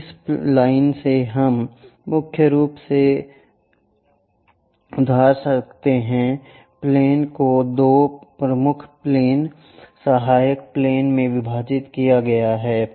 तो इस लाइन से हम मुख्य रूप से उधार दे सकते हैं प्लेन को दो प्रमुख प्लेन सहायक प्लेन में विभाजित किया गया है